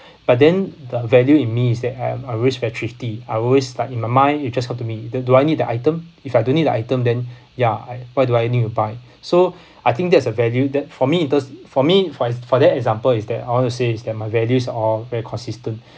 but then the value in me is that I am I always very thrifty I always like in my mind it just got to me do do I need the item if I don't need the item then ya I why do I need to buy so I think that's a value that for me it does for me for for that example is that I want to say is that my values are all very consistent